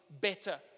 better